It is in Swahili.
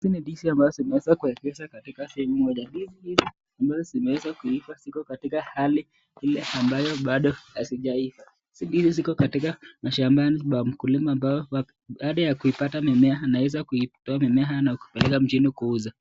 Hizi ni ndizi ambazo zimeweza kuwekeza katika sehemu moja ndizi hizi ambazo zimeweza kuiva ziko katika hali ile ambayo bado hazijaiva. Ndizi hizi ziko katika mashambani na kuna mkulima ambayo baada ya kiupata mimea anaweza kiutoa mimea na kupeleka mjini kuuza.